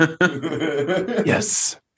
yes